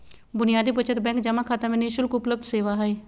बुनियादी बचत बैंक जमा खाता में नि शुल्क उपलब्ध सेवा हइ